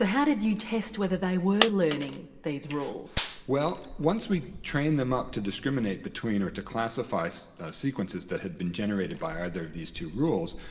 ah how did you test whether they were learning these rules? well, once we'd trained them up to discriminate between or to classify so ah sequences that had been generated by either of these two rules,